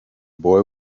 boy